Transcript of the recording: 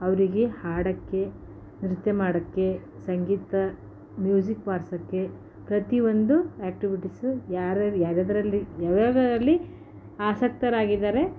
ಅವರಿಗೆ ಹಾಡೋಕ್ಕೆ ನೃತ್ಯ ಮಾಡೋಕ್ಕೆ ಸಂಗೀತ ಮ್ಯೂಸಿಕ್ ಬಾರಿಸೋಕ್ಕೆ ಪ್ರತಿಯೊಂದು ಆಕ್ಟಿವಿಟಿಸು ಯಾರ್ಯಾರು ಯಾವ್ಯಾವುದ್ರಲ್ಲಿ ಆಸಕ್ತರಾಗಿದ್ದಾರೆ